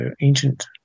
ancient